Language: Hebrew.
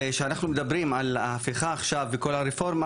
וכשאנחנו מדברים על ההפיכה עכשיו בכל הרפורמה,